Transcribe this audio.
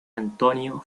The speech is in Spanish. antonio